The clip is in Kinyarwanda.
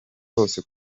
bose